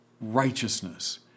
—righteousness